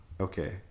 okay